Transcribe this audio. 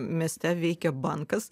mieste veikia bankas